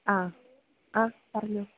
ആ ആ പറഞ്ഞോ